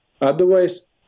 Otherwise